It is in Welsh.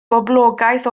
boblogaeth